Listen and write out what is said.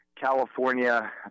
California